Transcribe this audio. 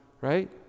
right